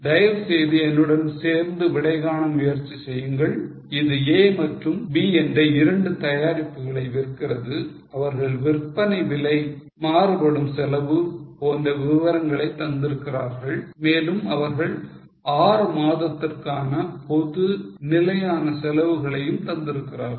தயவுசெய்து என்னுடன் சேர்ந்து விடை காண முயற்சி செய்யுங்கள் இது A மற்றும் B என்ற இரண்டு தயாரிப்புகளை விற்கிறது அவர்கள் விற்பனை விலை மாறுபடும் செலவு போன்ற விவரங்களை தந்திருக்கிறார்கள் மேலும் அவர்கள் 6 மாதத்திற்கான பொது நிலையான செலவுகளையும் தந்திருக்கிறார்கள்